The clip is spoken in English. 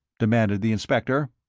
demanded the inspector.